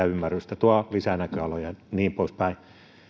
ymmärrystä tuovat lisää näköaloja ja niin poispäin